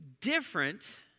different